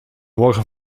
morgen